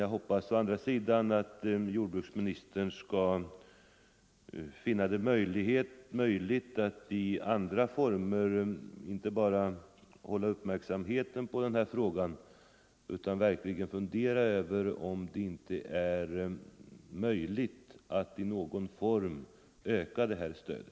Jag hoppas å andra sidan att jordbruksministern inte bara håller uppmärksamheten riktad på denna fråga utan verkligen funderar över om det inte är möjligt att i någon form öka det här stödet.